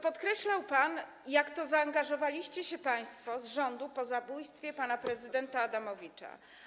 Podkreślał pan, jak to zaangażowaliście się państwo z rządu po zabójstwie pana prezydenta Adamowicza.